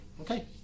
Okay